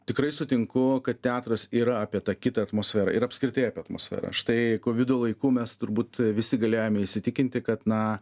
tikrai sutinku kad teatras yra apie tą kitą atmosferą ir apskritai apie atmosferą štai ko vido laiku mes turbūt visi galėjome įsitikinti kad na